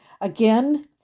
again